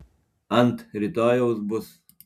ant rytojaus bus